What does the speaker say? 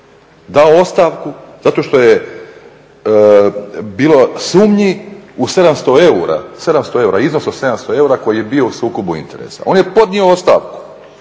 dao ostavku zato što je bilo sumnji u 700 eura, iznos od 700 eura koji je bio u sukobu interesa. On je podnio ostavku,